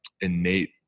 innate